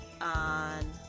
on